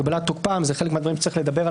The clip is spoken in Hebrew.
הגבלת תוקפם אלה חלק מהדברים שצריך לדבר על